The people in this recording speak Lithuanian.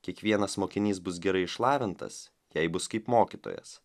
kiekvienas mokinys bus gerai išlavintas jei bus kaip mokytojas